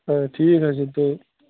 اَچھا ٹھیٖک حظ چھُ تُل